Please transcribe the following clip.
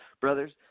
brothers